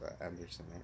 Anderson